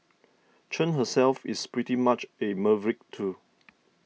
Chen herself is pretty much a maverick too